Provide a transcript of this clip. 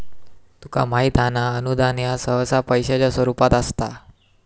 तुका माहित हां ना, अनुदान ह्या सहसा पैशाच्या स्वरूपात असता